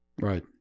Right